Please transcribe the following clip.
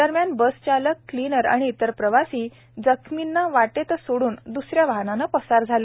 दरम्यान बस चालक क्लिनर आणि इतर प्रवासी जखमींना वाटेतच सोडून द्सऱ्या वाहनाने पसार झाले